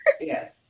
Yes